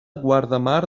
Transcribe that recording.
guardamar